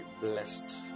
blessed